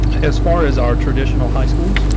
as far as our traditional high schools,